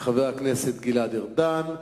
חבר הכנסת גלעד ארדן.